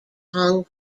hong